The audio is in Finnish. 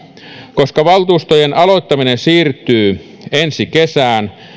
koska valtuustojen aloittaminen siirtyy ensi kesään